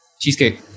Cheesecake